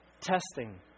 Testing